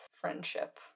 friendship